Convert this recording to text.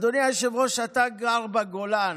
אדוני היושב-ראש, אתה גר בגולן,